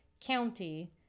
county